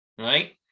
right